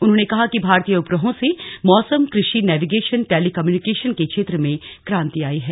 उन्होंने कहा कि भारतीय उपग्रहो से मौसम कृषि नेविगेशन टेलीकम्यूनिकेशन के क्षेत्र में क्रांति आई है